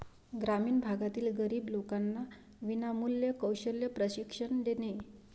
ग्रामीण भागातील गरीब लोकांना विनामूल्य कौशल्य प्रशिक्षण देणे